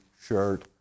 shirt